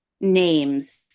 names